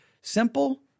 Simple